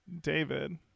David